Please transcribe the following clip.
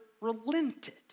relented